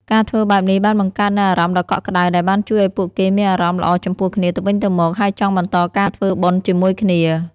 ការធ្វើបែបនេះបានបង្កើតនូវអារម្មណ៍ដ៏កក់ក្តៅដែលបានជួយឲ្យពួកគេមានអារម្មណ៍ល្អចំពោះគ្នាទៅវិញទៅមក ហើយចង់បន្តការធ្វើបុណ្យជាមួយគ្នា។